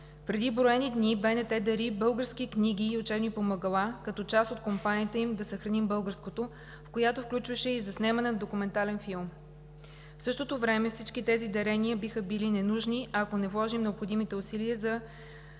Преди броени дни БНТ дари български книги и учебни помагала като част от кампанията им „Да съхраним българското“, която включваше и заснемане на документален филм. В същото време всички тези дарения биха били ненужни, ако не вложим необходимите усилия за